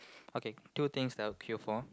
okay two things that I'll queue for